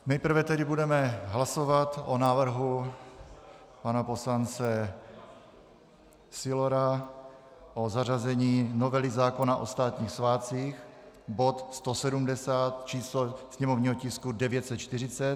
Nejprve tedy budeme hlasovat o návrhu pana poslance Sylora, o zařazení novely zákona o státních svátcích, bod 170, číslo sněmovního tisku 940.